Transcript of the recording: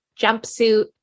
jumpsuit